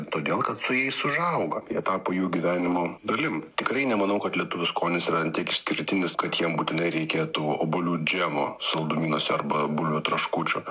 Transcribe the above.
todėl kad su jais užaugo jie tapo jų gyvenimo dalim tikrai nemanau kad lietuvių skonis yra ant tiek išskirtinis kad jiem būtinai reikia tų obuolių džemo saldumynuose arba bulvių traškučių